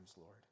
Lord